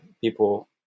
people